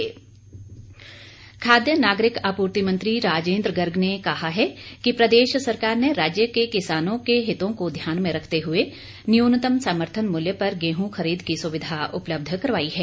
राजेन्द्र गर्ग खाद्य नागरिक आपूर्ति मंत्री राजिन्द्र गर्ग ने कहा है कि प्रदेश सरकार ने राज्य के किसानों के हितों को ध्यान में रखते हुए न्यूनतम समर्थन मूल्य पर गेहूं खरीद की सुविधा उपलब्ध करवाई है